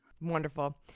Wonderful